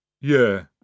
Yeah